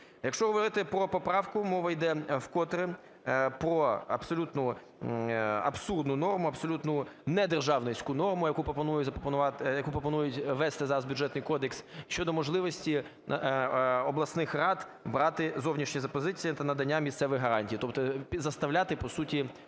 Якщо говорити про поправку, мова йде вкотре про абсолютну абсурдну норму, абсолютну недержавницьку норму, яку пропонують ввести зараз в Бюджетний кодекс, щодо можливості обласних рад брати зовнішні запозичення та надання місцевих гарантій, тобто заставляти по суті